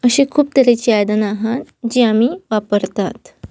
अशें खूब तरेची आयदनां आसात जी आमी वापरतात